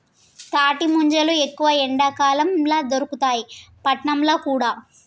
తాటి ముంజలు ఎక్కువ ఎండాకాలం ల దొరుకుతాయి పట్నంల కూడా